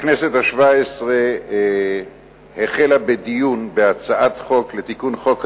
הכנסת השבע-עשרה החלה בדיון בהצעת חוק לתיקון חוק האימוץ,